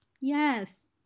yes